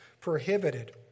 prohibited